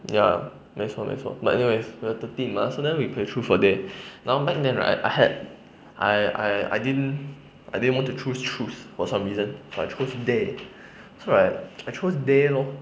ya 没错没错 but anyways we were thirteen mah then we play truth or dare now back then right I had I I I didn't I didn't want to choose truth for some reason so I chose dare so right I chose dare lor